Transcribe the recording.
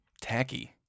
Tacky